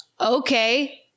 Okay